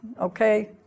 Okay